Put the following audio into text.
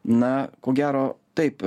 na ko gero taip